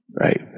Right